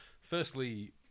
firstly